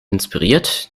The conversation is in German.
inspiriert